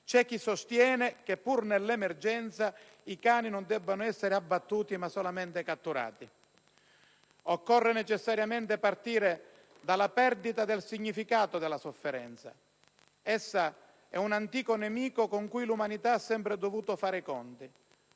c'è che sostiene che, pur nell'emergenza, i cani non debbano essere abbattuti, ma solamente catturati. Occorre necessariamente partire dalla perdita del significato della sofferenza: essa è un antico nemico con cui l'umanità ha sempre dovuto fare i conti,